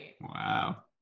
wow